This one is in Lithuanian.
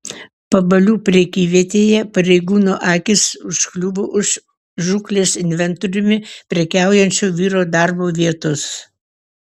pabalių prekyvietėje pareigūnų akys užkliuvo už žūklės inventoriumi prekiaujančio vyro darbo vietos